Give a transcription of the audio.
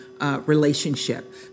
relationship